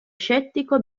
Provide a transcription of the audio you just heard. scettico